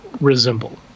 resemble